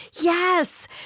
Yes